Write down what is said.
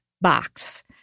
box